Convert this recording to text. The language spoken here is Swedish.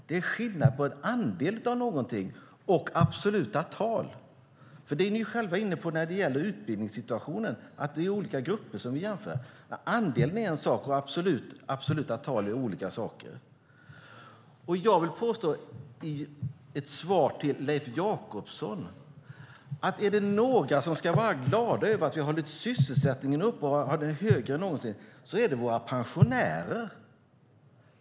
Det är skillnad på en andel av någonting och absolut tal. Ni är själva inne på, när det gäller utbildningssituationen, att det är olika grupper som vi jämför. Andelen och absoluta tal är olika saker. Jag vill påstå, som svar till Leif Jakobsson, att är det några som ska vara glada över att vi hållit sysselsättningen uppe och att den är högre än någonsin så är det våra pensionärer.